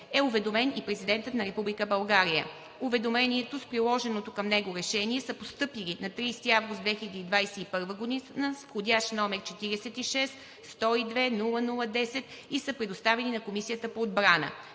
е уведомен и Президентът на Република България. Уведомлението и приложеното към него решение са постъпили на 30 август 2021 г. с входящ № 46-102-00-10 и са предоставени на Комисията по отбрана.